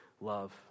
love